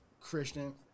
Christian